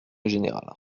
général